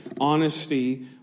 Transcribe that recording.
honesty